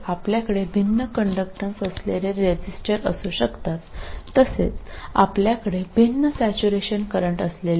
അതിനാൽ നിങ്ങൾക്ക് വ്യത്യസ്ത ചാലകതകളുള്ള ഒരു റെസിസ്റ്റർ ഉണ്ടായിരിക്കാം അതുപോലെ നിങ്ങൾക്ക് വ്യത്യസ്ത സാച്ചുറേഷൻ കറന്റുകളുള്ള ഡയോഡുകൾ ഉണ്ടായിരിക്കാം